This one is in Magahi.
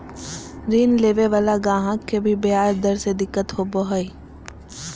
ऋण लेवे वाला गाहक के भी ब्याज दर से दिक्कत होवो हय